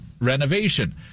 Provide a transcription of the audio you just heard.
renovation